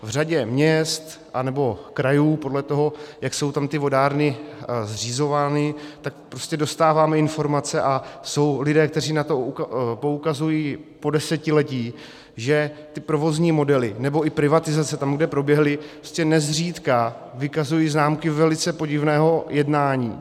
V řadě měst anebo krajů, podle toho, jak jsou tam ty vodárny zřizovány, dostáváme informace, a jsou lidé, kteří na to poukazují po desetiletí, že ty provozní modely nebo i privatizace tam, kde proběhly, nezřídka vykazují známky velice podivného jednání.